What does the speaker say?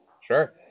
Sure